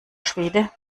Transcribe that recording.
schwede